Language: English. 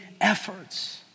efforts